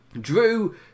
Drew